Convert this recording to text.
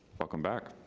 welcome back.